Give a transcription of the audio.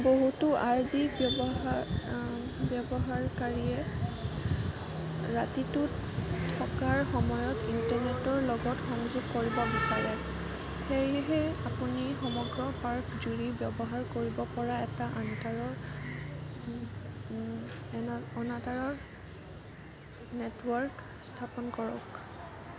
বহুতো আৰ ভি ব্যৱহাৰ ব্যৱহাৰকাৰীয়ে ৰাতিটো থকাৰ সময়ত ইন্টাৰনেটৰ লগত সংযোগ কৰিব বিচাৰে সেয়েহে আপুনি সমগ্ৰ পাৰ্ক জুৰি ব্যৱহাৰ কৰিব পৰা এটা আনতাঁৰৰ অনাতাঁৰৰ নেটৱৰ্ক স্থাপন কৰক